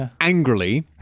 angrily